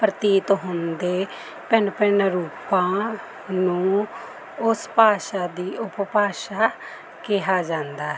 ਪ੍ਰਤੀਤ ਹੁੰਦੇ ਭਿੰਨ ਭਿੰਨ ਰੂਪਾਂ ਨੂੰ ਉਸ ਭਾਸ਼ਾ ਦੀ ਉਪਭਾਸ਼ਾ ਕਿਹਾ ਜਾਂਦਾ ਹੈ